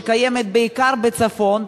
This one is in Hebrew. שקיימת בעיקר בצפון.